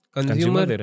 Consumer